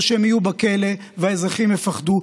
או שהם יהיו בכלא והאזרחים יפחדו,